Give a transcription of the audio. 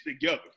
together